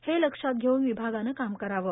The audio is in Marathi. हे लक्षात घेऊन विभागानं काम करावं